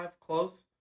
close